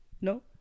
No